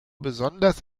besonders